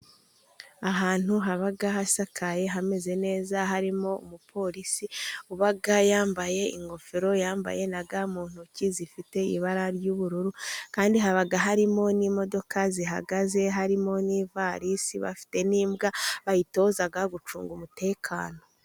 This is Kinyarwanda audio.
Ahantu haba hasakaye hameze neza, harimo umupolisi uba yambaye ingofero yambaye na ga mu ntoki, zifite ibara ry'ubururu kandi haba harimo n'imodoka zihagaze, harimo n'ivarisi, bafite n'imbwa bayitoza gucunga umutekano.